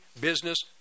business